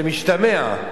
שמשתמע,